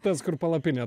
tas kur palapinė